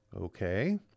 okay